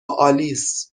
آلیس